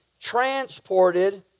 transported